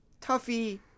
Tuffy